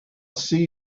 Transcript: see